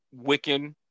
Wiccan